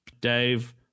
Dave